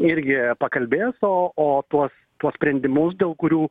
irgi pakalbės o o tuos tuos sprendimus dėl kurių